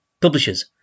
publishers